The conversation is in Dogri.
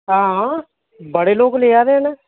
हां बड़े लोक लेआदे न